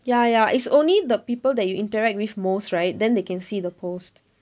ya ya it's only the people that you interact with most right then they can see the post